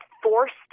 forced